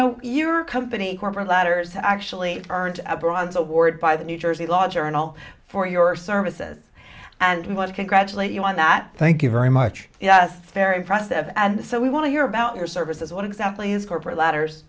know your company corporate ladders actually earned a bronze award by the new jersey law journal for your services and we want to congratulate you on that thank you very much yes very impressive and so we want to hear about your services what exactly is corporate ladders